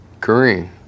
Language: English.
Kareem